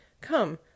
Come